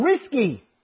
risky